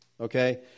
Okay